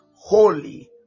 Holy